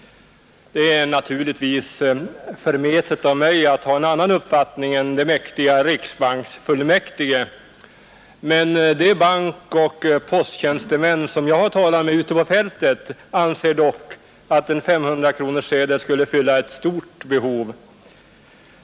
Det är naturligtvis förmätet av mig att ha en annan uppfattning än de mäktiga riksbanksfullmäktige, men de bankoch posttjänstemän som jag har talat med ute på fältet anser att en 500-kronorssedel skulle fylla ett stort behov.